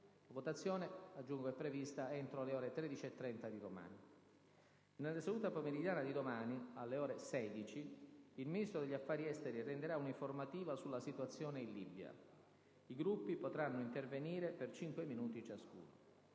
La votazione è prevista entro le ore 13,30 di domani. Nella seduta pomeridiana di domani, alle ore 16, il Ministro degli affari esteri renderà un'informativa sulla situazione in Libia. I Gruppi potranno intervenire per cinque minuti ciascuno.